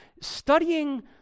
studying